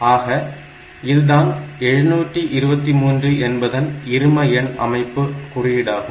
ஆக இதுதான் 723 என்பதன் இரும எண் அமைப்பு குறியீடாகும்